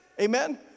Amen